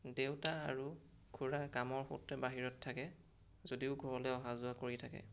দেউতা আৰু খুৰা কামৰ সূত্ৰে বাহিৰত থাকে যদিও ঘৰলৈ অহা যোৱা কৰি থাকে